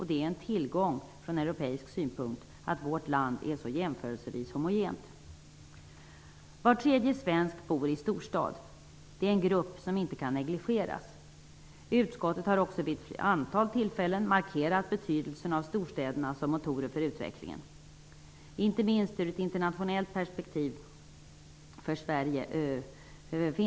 Det är en tillgång från europeisk synpunkt att vårt land är jämförelsevis homogent. Var tredje svensk bor i en storstad. Det är en grupp som inte kan negligeras. Utskottet har också vid ett antal tillfällen markerat betydelsen av storstäderna som motorer för utvecklingen, inte minst ur ett internationellt perspektiv, i Sverige.